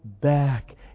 back